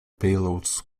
payloads